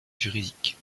juridiques